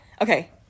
okay